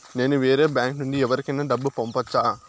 నేను వేరే బ్యాంకు నుండి ఎవరికైనా డబ్బు పంపొచ్చా?